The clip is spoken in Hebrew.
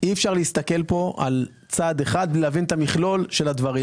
אי אפשר להסתכל כאן על צד אחד ולהבין את המכלול של הדברים.